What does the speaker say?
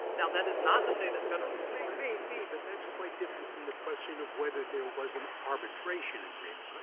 now, that is not to say that federal scalia it may be, but that's quite different from the question of whether there was an arbitration agreement.